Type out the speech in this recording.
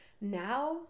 Now